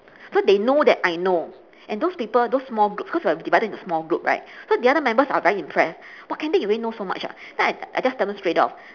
so they know that I know and those people those small group because we are divided into small group right so the other members are very impressed !wah! candy you really know so much ah then I I just tell them straight off